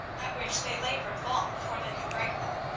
at which they laboured long before they could break them.